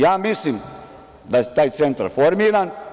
Ja mislim da je taj centar formiran.